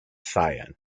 cyan